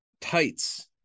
tights